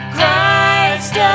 Christ